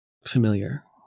Familiar